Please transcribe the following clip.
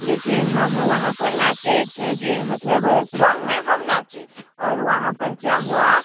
लेकिन हम वहाँ पर नाचे एक ये मतलब सॉन्ग में हम नाचे और वहाँ पर क्या हुआ